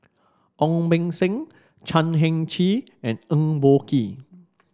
Ong Beng Seng Chan Heng Chee and Eng Boh Kee